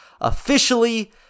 Officially